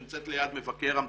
שנמצאת ליד מבקר המדינה.